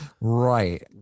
right